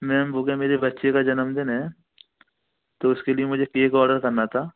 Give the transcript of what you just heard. ma'am वो क्या मेरे बच्चे का जन्मदिन है तो उसके लिए मुझे केक ऑर्डर करना था